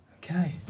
Okay